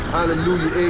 Hallelujah